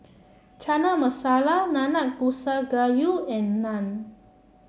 Chana Masala Nanakusa Gayu and Naan